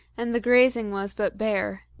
and the grazing was but bare.